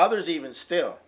others even still